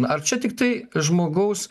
ar čia tiktai žmogaus